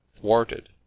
thwarted